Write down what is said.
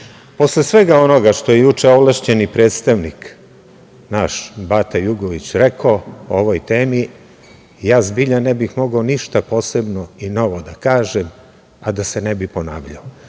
svega onoga što je juče ovlašćeni predstavnik naš, Bata Jugović, rekao o ovoj temi, ja zbilja ne bih mogao ništa posebno i novo da kažem, a da se ne bih ponavljao. Zato